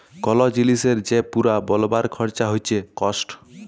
call জিলিসের যে পুরা বলবার খরচা হচ্যে কস্ট